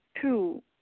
Two